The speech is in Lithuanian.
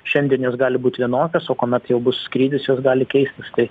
šiandien jos gali būt vienokios o kuomet jau bus skrydis jos gali keistis tai